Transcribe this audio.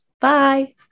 Bye